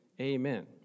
Amen